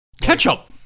ketchup